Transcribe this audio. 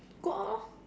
go out lor